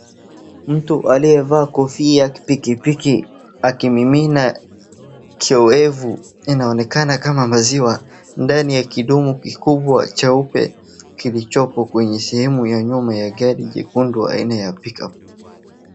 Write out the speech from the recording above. Mtu aliyevaa kofia pikipiki akimimina kioevu inaonekana kama maziwa ndani ya kidumu kikubwa cheupe kilichoko kwenye sehemu ya nyuma ya gari jekundu aina ya Pickup.